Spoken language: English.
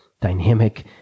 dynamic